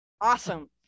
Awesome